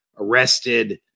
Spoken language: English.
arrested